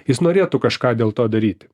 jis norėtų kažką dėl to daryti